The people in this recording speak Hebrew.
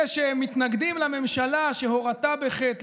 אלה שמתנגדים לממשלה שהורתה בחטא,